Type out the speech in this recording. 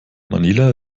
manila